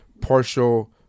partial